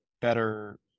better